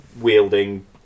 wielding